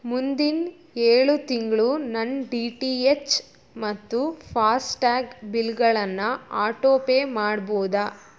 ಮುಂದಿನ ಏಳು ತಿಂಗಳು ನನ್ನ ಡಿ ಟಿ ಎಚ್ ಮತ್ತು ಫಾಸ್ಟ್ಯಾಗ್ ಬಿಲ್ಗಳನ್ನು ಆಟೋಪೇ ಮಾಡ್ಬೋದಾ